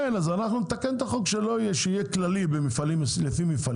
אז אנחנו נתקן את החוק כך שזה יהיה כללי לפי מפעלים.